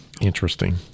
Interesting